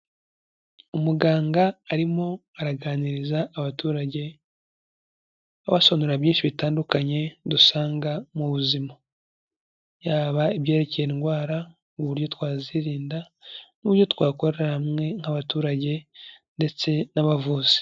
Umuganga arimo araganiriza abaturage, abasobanura byinshi bitandukanye dusanga mu buzima, yaba ibyerekeye indwara, uburyo twazirinda n'uburyo twakorera hamwe nk'abaturage ndetse n'abavuzi.